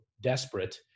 desperate